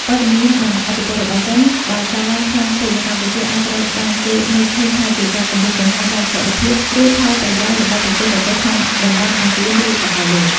វត្តមាន និងឥទ្ធិពលរបស់ចិនដែលកើនឡើងខ្លាំងពេកនៅកម្ពុជា អាចត្រូវបានគេមើលឃើញថាជាការគំរាមកំហែងដល់ស្ថិរភាព ឬផលប្រយោជន៍របស់ប្រទេសដទៃក្នុងតំបន់អាស៊ាន ឬសកលលោក។